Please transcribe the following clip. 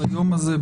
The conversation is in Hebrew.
ביום הזה,